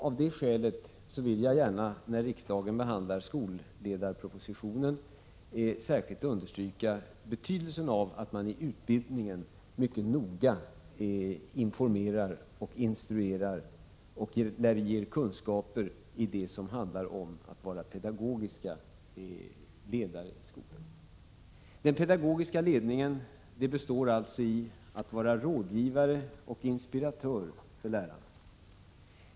Av detta skäl vill jag gärna, när riksdagen behandlar skolledarpropositionen, särskilt understryka betydelsen av att man i utbildningen mycket noga informerar och instruerar och ger kunskaper i det som handlar om att vara pedagogiska ledare i skolan. Att vara en pedagogisk ledare innebär att man är rådgivare och inspiratör för lärarna.